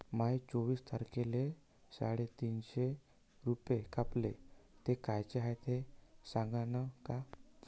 माये चोवीस तारखेले साडेतीनशे रूपे कापले, ते कायचे हाय ते सांगान का?